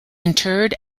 interred